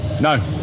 no